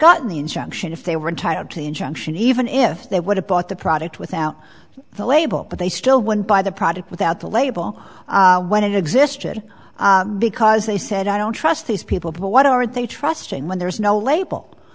gotten the injunction if they were entitled to an injunction even if they would have bought the product without the label but they still wouldn't buy the product without the label when it existed because they said i don't trust these people but what are they trusting when there is no label